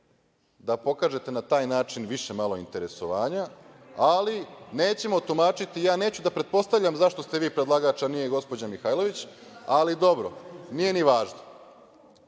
da pokažete na taj način malo više interesovanja, ali nećemo tumačiti. Ja neću da pretpostavljam zašto ste vi predlagač, a nije gospođa Mihajlović, ali dobro. Nije ni